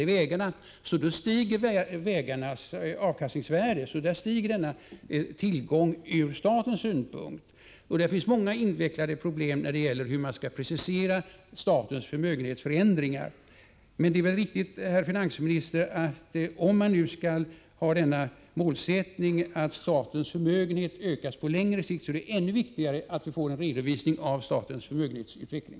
Då stiger således vägarnas avkastningsvärde — denna tillgång ökar i värde ur statens synpunkt. Det finns många invecklade problem när det gäller sättet att presentera statens förmögenhetsförändringar. Om man skall ha målsättningen, herr finansminister, att statens förmögenhet skall ökas på längre sikt är det av synnerligen stor vikt att vi får en redovisning av statens förmögenhetsutveckling.